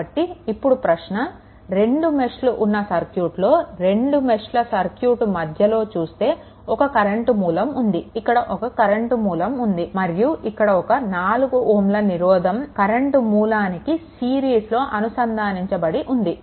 కాబట్టి ఇప్పుడు ప్రశ్న 2 మెష్లు ఉన్న సర్క్యూట్లో 2 మెష్ల సర్క్యూట్ మధ్యలో చూస్తే ఒక కరెంట్ మూలం ఉంది ఇక్కడ ఒక కరెంట్ మూలం ఉంది మరియు ఇక్కడ ఒక 4 Ω నిరోధం కరెంట్ మూలానికి సిరీస్లోలో అనుసంధానించబడి ఉంది